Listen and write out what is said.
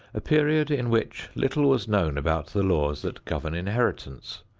a period in which little was known about the laws that govern inheritance,